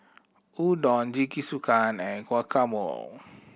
Udon Jingisukan and Guacamole